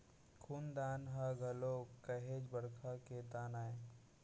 खून दान ह घलोक काहेच बड़का के दान आय